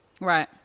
Right